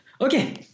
Okay